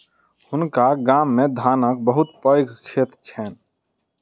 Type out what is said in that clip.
हुनका गाम मे धानक बहुत पैघ खेत छैन